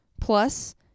Plus